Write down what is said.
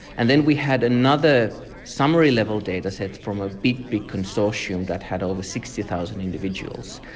and then we had another summary level dataset from a big, big consortium that had over sixty thousand individuals.